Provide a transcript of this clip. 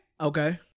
Okay